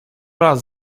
raz